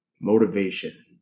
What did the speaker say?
motivation